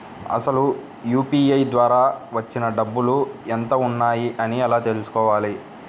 అసలు యూ.పీ.ఐ ద్వార వచ్చిన డబ్బులు ఎంత వున్నాయి అని ఎలా తెలుసుకోవాలి?